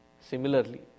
Similarly